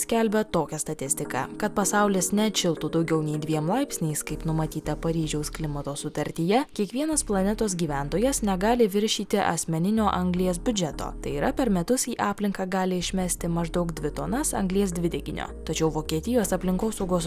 skelbia tokią statistiką kad pasaulis neatšiltų daugiau nei dviem laipsniais kaip numatyta paryžiaus klimato sutartyje kiekvienas planetos gyventojas negali viršyti asmeninio anglies biudžeto tai yra per metus į aplinką gali išmesti maždaug dvi tonas anglies dvideginio tačiau vokietijos aplinkosaugos